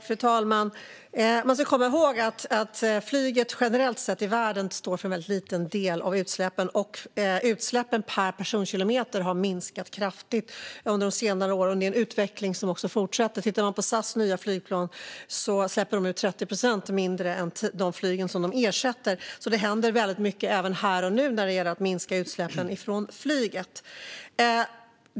Fru talman! Man ska komma ihåg att flyget generellt sett i världen står för en väldigt liten del av utsläppen. Utsläppen per personkilometer har också minskat kraftigt på senare år, och detta är en utveckling som fortsätter. SAS nya flygplan släpper ut 30 procent mindre än de flygplan som de ersätter, så det händer väldigt mycket även här och nu när det gäller att minska utsläppen från flyget.